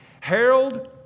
Harold